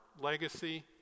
legacy